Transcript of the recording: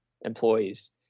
employees